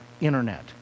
internet